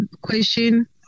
question